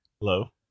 Hello